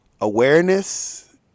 Awareness